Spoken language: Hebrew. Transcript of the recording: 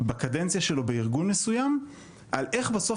בקדנציה שלו בארגון מסוים על איך בסוף